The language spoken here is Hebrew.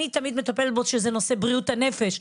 נושא בריאות הנפש.